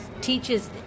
teaches